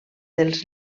dels